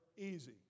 easy